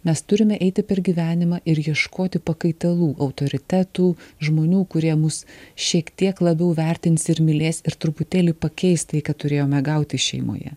mes turime eiti per gyvenimą ir ieškoti pakaitalų autoritetų žmonių kurie mus šiek tiek labiau vertins ir mylės ir truputėlį pakeis tai ką turėjome gauti šeimoje